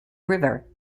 river